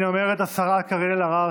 הינה, אומרת השרה קארין שלא.